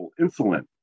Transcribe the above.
insulin